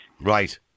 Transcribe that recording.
right